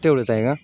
तेवढंच आहे का